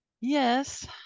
yes